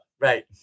right